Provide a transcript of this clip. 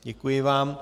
Děkuji vám.